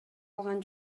алган